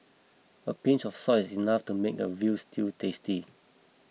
a pinch of salt is enough to make a Veal Stew tasty